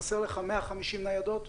חסרות לך 150 ניידות?